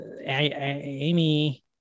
Amy